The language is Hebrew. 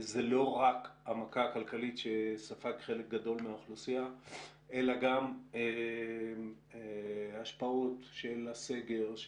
זאת לא רק המכה הכלכלית שספג חלק גדול אלא גם השפעות של הסגר,